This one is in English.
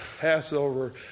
Passover